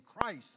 Christ